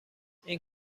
این